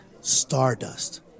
Stardust